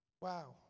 Wow